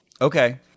Okay